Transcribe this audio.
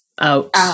out